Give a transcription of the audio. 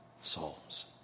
psalms